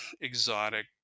exotic